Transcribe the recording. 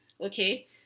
Okay